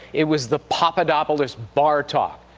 it was the papadopoulos bar talk.